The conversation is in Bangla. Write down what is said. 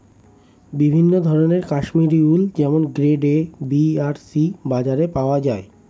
বিভিন্ন ধরনের কাশ্মীরি উল যেমন গ্রেড এ, বি আর সি বাজারে পাওয়া যায়